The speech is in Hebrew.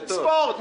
ספורט.